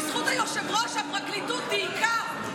בזכות היושב-ראש הפרקליטות דייקה את הוראות חוק זכויות נפגעי עבירה.